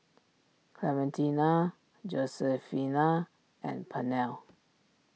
Clementina Josefina and Pernell